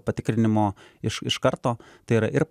patikrinimo iš iš karto tai yra ir